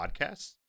podcasts